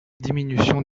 diminution